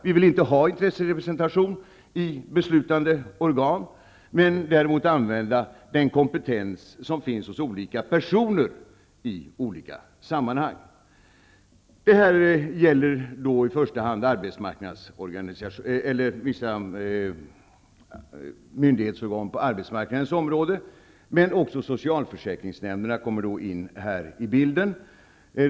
Vi vill inte ha intresserepresentation i beslutande organ, men däremot vill vi använda den kompetens som finns hos olika personer i olika sammanhang. Det här gäller i första hand vissa myndighetsorgan på arbetsmarknadens område. Även socialförsäkringsnämnderna kommer in i bilden.